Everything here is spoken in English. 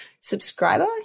Subscriber